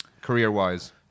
career-wise